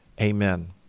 Amen